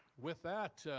with that,